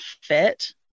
fit